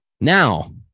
Now